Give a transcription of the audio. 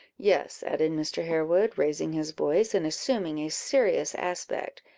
yes, added mr. harewood, raising his voice, and assuming a serious aspect,